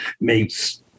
makes